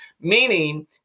meaning